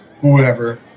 whoever